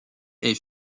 est